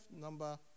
number